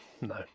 No